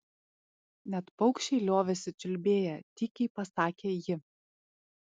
net paukščiai liovėsi čiulbėję tykiai pasakė ji